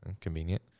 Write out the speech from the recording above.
convenient